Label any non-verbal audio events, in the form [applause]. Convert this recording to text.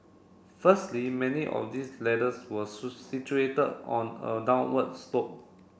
firstly many of these ladders were [unintelligible] situated on a downwards slope